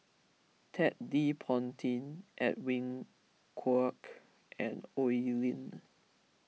Ted De Ponti Edwin Koek and Oi Lin